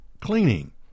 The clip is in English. cleaning